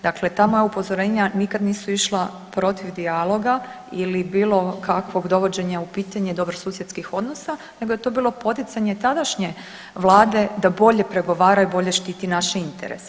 Dakle, ta moja upozorenja nikada nisu išla protiv dijaloga ili bilo kakvog dovođenja u pitanje dobrosusjedskih odnosa nego je to bilo poticanje tadašnje vlade da bolje pregovara i bolje štiti naše interese.